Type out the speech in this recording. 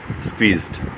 squeezed